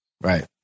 Right